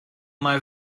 mai